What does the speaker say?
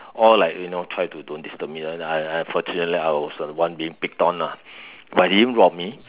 all like you know try to don't disturb me lah then I unfortunately I was the one being picked on lah but he didn't rob me